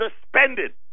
suspended